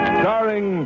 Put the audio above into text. starring